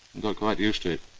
got quite used to it.